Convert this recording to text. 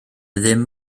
ddim